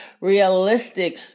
realistic